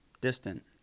distant